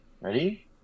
Ready